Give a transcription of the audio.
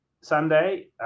Sunday